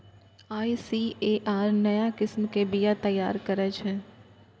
ICAR नया किस्म के बीया तैयार करै छै